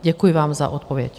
Děkuji vám za odpověď.